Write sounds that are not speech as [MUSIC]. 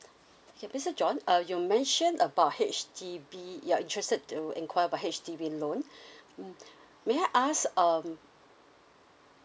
okay mister john uh you mention about H_D_B you're interested to enquire about H_D_B loan [BREATH] hmm may I ask um